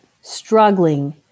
struggling